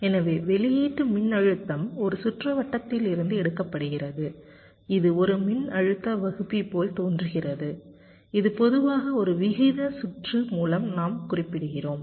எனவே வெளியீட்டு மின்னழுத்தம் ஒரு சுற்றுவட்டத்திலிருந்து எடுக்கப்படுகிறது இது ஒரு மின்னழுத்த வகுப்பி போல் தோன்றுகிறது இது பொதுவாக ஒரு விகித சுற்று மூலம் நாம் குறிப்பிடுகிறோம்